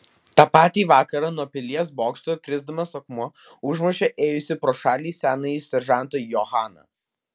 tą patį vakarą nuo pilies bokšto krisdamas akmuo užmušė ėjusį pro šalį senąjį seržantą johaną